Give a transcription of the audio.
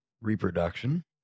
reproduction